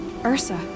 Ursa